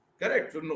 Correct